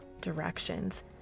directions